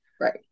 Right